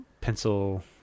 pencil